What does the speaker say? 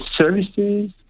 services